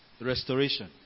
Restoration